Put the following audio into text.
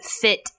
fit